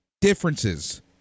differences